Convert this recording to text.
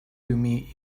meet